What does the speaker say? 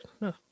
No